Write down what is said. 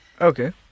Okay